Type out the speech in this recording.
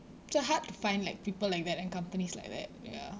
so hard to find like people like that and companies like that ya